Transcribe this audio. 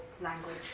language